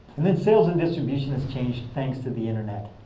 and then sales and distribution has changed thanks to the internet.